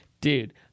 Dude